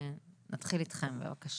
נתחיל איתכם, בבקשה.